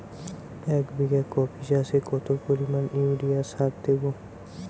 এক বিঘা কপি চাষে কত পরিমাণ ইউরিয়া সার দেবো?